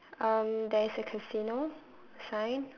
um there's a casino sign